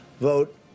vote